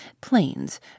planes